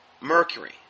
mercury